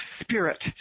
spirit